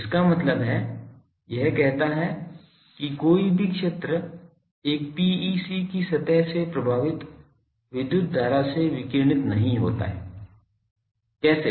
इसका मतलब है यह कहता है कि कोई भी क्षेत्र एक PEC की सतह से प्रभावित विद्युत धारा से विकिरणित नहीं होता है कैसे